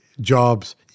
jobs